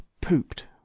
pooped